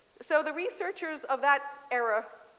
so the researchers of that era